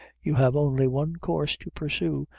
you have only one course to pursue,